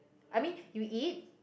I mean you eat